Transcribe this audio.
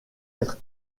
être